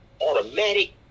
automatic